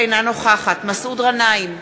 אינה נוכחת מסעוד גנאים,